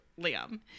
Liam